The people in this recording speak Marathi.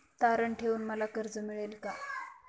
तारण ठेवून मला कर्ज मिळेल का?